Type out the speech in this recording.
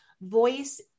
voice